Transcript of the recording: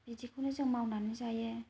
बिदिखौनो जों मावनानै जायो